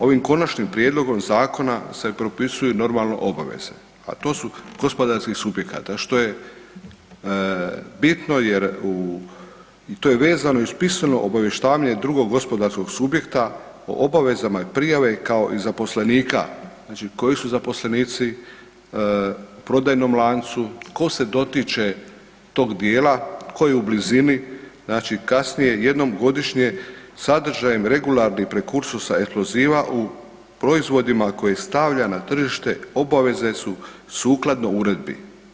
Ovim konačnim prijedlogom zakona se propisuju normalno obaveze a to su gospodarskih subjekata, što je bitno jer u, to je vezano uz pismeno obavještavanje drugog gospodarskog subjekta o obaveza prijave kao i zaposlenika, znači koji su zaposlenici, prodajnom lancu, ko se dotiče tog djela, ko je u blizini, znači kasnije, jednom godišnje, sadržajem, regularnih prekursora eksploziva u proizvodima koji stavlja na tržište, obaveze su sukladno uredbi.